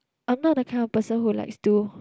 I'm not that kind of person who likes to